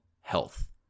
health